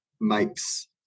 makes